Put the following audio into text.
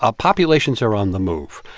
ah populations are on the move.